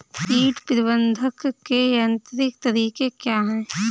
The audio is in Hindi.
कीट प्रबंधक के यांत्रिक तरीके क्या हैं?